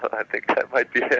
but i think that might be